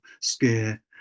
scare